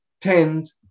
tend